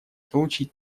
получить